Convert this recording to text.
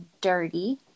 dirty